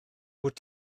wyt